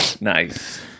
Nice